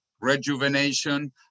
rejuvenation